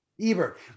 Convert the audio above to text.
Ebert